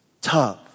Tough